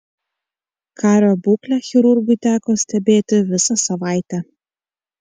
kario būklę chirurgui teko stebėti visą savaitę